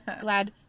Glad